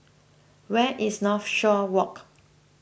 where is Northshore Walk